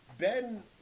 Ben